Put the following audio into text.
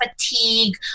fatigue